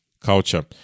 culture